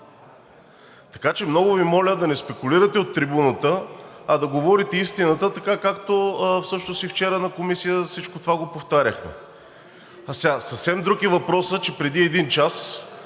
Така че много Ви моля да не спекулирате от трибуната, а да говорите истината, както всъщност и вчера в Комисията всичко това го повтаряхме. Съвсем друг е въпросът, че преди един час